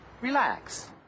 relax